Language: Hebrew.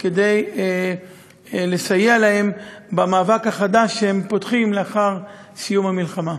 כדי לסייע להם במאבק החדש שהם פותחים לאחר סיום המלחמה.